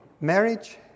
Marriage